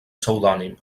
pseudònim